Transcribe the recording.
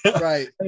right